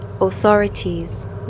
authorities